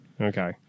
Okay